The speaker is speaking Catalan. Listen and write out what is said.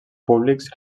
públics